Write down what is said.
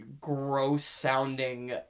gross-sounding